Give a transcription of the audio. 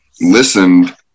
listened